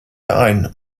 ein